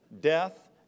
death